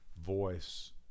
voice